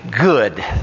Good